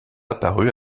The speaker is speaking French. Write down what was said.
apparus